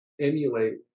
emulate